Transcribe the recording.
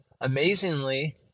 amazingly